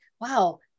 wow